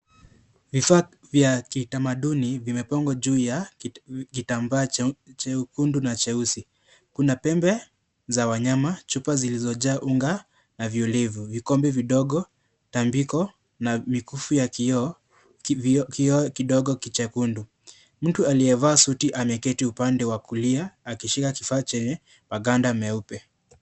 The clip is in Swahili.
Vifaa vya kitamaduni vimepangwa juu ya kitambaa jekundu na jeusi. Kuna pembe za wanyama, chupa zilizojaa unga na violevu. Vikombe vidogo, tambiko na mifugu ya kioo kidogo jekundu. Mtu aliyevaa suti ameketi upande wa kulia akishika kifaa chenye maganda meupe.